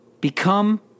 Become